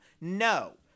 No